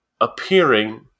appearing